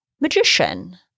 magician